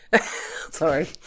Sorry